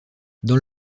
dans